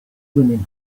women